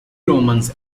romans